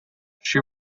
she